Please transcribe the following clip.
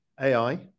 AI